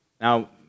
Now